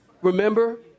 Remember